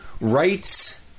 rights